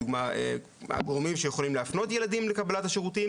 לדוגמה הגורמים שיכולים להפנות ילדים לקבלת השירותים